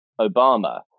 Obama